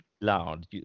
loud